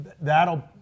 that'll